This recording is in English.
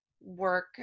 work